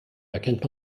erkennt